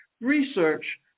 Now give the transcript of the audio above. research